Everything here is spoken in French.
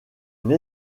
une